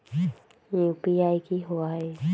UPI कि होअ हई?